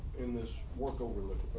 in this work over live